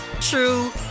true